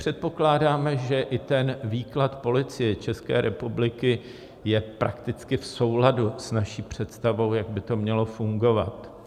My předpokládáme, že i výklad Policie České republiky je prakticky v souladu s naší představou, jak by to mělo fungovat.